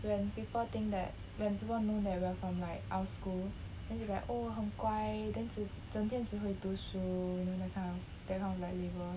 when people think that when people know that we are from like our school then they will be like oh 很乖 then 只整天只会读书 you know that kind of that kind of like people